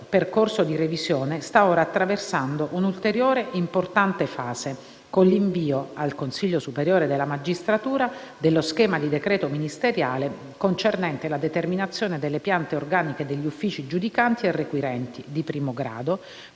percorso di revisione sta ora attraversando una ulteriore, importante fase, con l'invio al Consiglio superiore della magistratura dello schema di decreto ministeriale concernente la determinazione delle piante organiche degli uffici, giudicanti e requirenti, di primo grado,